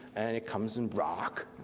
and it comes in rock